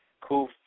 Cool